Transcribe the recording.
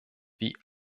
wie